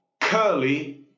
curly